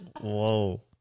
Whoa